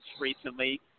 recently